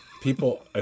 People